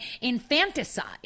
infanticide